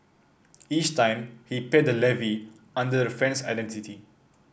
each time he paid the levy under the friend's identity